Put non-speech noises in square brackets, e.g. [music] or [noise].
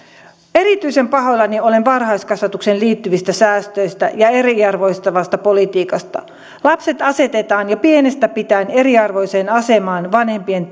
erityisen pahoillani olen varhaiskasvatukseen liittyvistä säästöistä ja eriarvoistavasta politiikasta lapset asetetaan jo pienestä pitäen eriarvoiseen asemaan vanhempien [unintelligible]